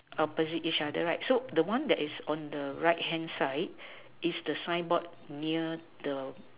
opposite each other right so the one on the right hand side is the signboard near the